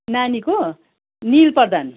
नानीको निल प्रधान